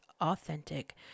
authentic